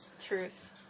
Truth